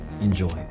enjoy